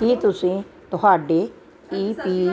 ਕੀ ਤੁਸੀਂ ਤੁਹਾਡੇ ਈ ਪੀ